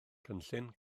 cynllun